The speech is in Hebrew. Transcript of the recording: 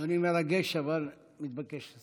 אדוני, מרגש, אבל אתה מתבקש לסיים.